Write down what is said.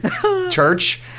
church